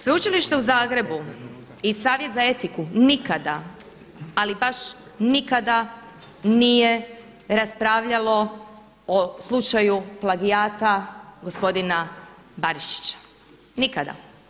Sveučilište u Zagrebu i Savjet za etiku nikada, ali baš nikada nije raspravljalo o slučaju plagijata gospodina Barišića, nikada.